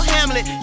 Hamlet